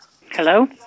Hello